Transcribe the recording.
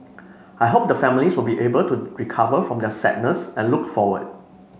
I hope the families will be able to recover from their sadness and look forward